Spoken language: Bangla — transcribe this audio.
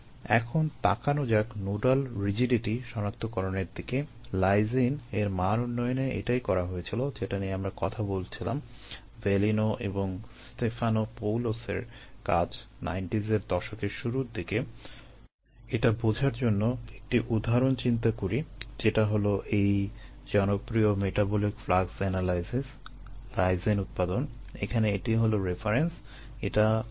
এখন তাকানো যাক নোডাল রিজিডিটি এর মাধ্যমে